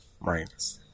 Right